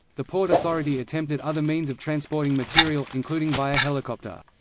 the port authority attempted other means of transporting material, including via helicopter.